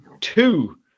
two